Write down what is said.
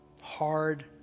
hard